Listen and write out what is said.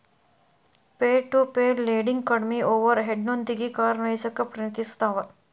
peer to peer lending ಕಡ್ಮಿ ಓವರ್ ಹೆಡ್ನೊಂದಿಗಿ ಕಾರ್ಯನಿರ್ವಹಿಸಕ ಪ್ರಯತ್ನಿಸ್ತವ